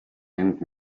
end